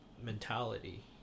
mentality